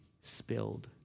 spilled